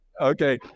okay